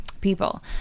people